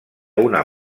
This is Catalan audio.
una